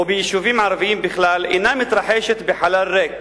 או ביישובים ערביים בכלל, אינה מתרחשת בחלל ריק